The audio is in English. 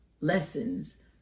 lessons